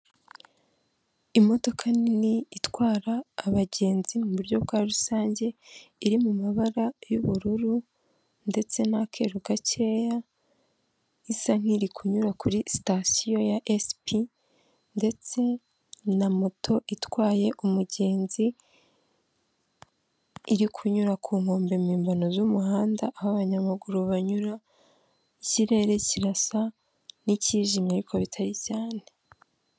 Imodoka nini itwara abagenzi mu buryo bwa rusange iri mu mabara y'ubururu ndetse n'akeru gakeya, isa n'iri kunyura kuri sitasiyo ya esipi ndetse na moto itwaye umugenzi iri kunyura ku nkombe mpimbano z'umuhanda aho abanyamaguru banyura, ikirere kirasa n'ikijimye ariko bitari cyane.